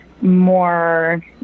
more